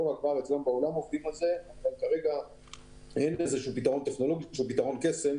כרגע אין פתרון קסם